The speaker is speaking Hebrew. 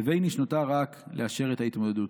לבייניש נותר רק לאשר את ההתמודדות.